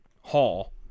hall